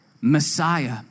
Messiah